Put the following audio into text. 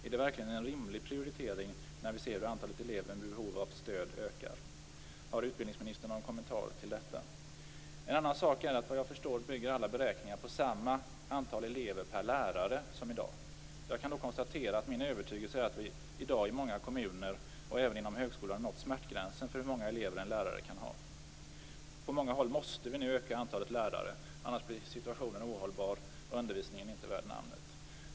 Är det verkligen en rimlig prioritering när vi ser hur antalet elever med behov av stöd ökar? En annan sak är att vad jag förstår bygger alla beräkningar på samma antal elever per lärare som i dag. Jag kan då konstatera att min övertygelse är att vi i dag i många kommuner och även inom högskolan nått smärtgränsen för hur många elever en lärare kan ha. På många håll måste vi nu öka antalet lärare, annars blir situationen ohållbar och undervisningen inte värd namnet.